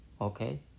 Okay